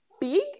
big